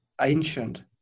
ancient